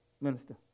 minister